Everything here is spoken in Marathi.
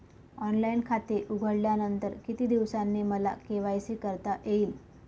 ऑनलाईन खाते उघडल्यानंतर किती दिवसांनी मला के.वाय.सी करता येईल?